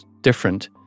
different